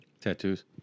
Tattoos